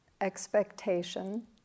expectation